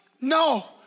No